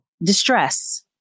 distress